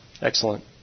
Excellent